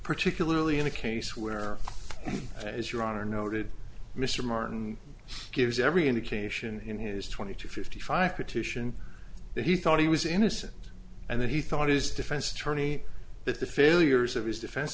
particularly in a case where is your honor noted mr martin gives every indication in his twenty two fifty five petition that he thought he was innocent and that he thought his defense attorney that the failures of his defense